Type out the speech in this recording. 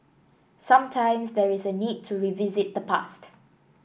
sometimes there is a need to revisit the past